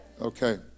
Okay